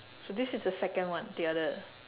so this is the second one the other